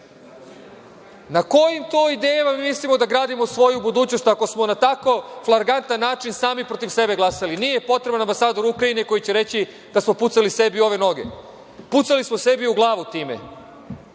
kojim to idejama mislimo da gradimo svoju budućnost, ako smo na tako flagrantan način sami protiv sebe glasali? Nije nam potreban ambasador Ukrajine koji će reći da smo pucali sebi u noge. Pucali smo sebi u glavu time,